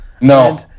No